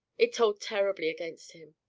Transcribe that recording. it told terribly against him.